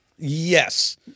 Yes